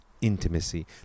intimacy